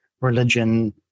religion